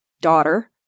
daughter